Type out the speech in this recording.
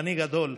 אני גדול,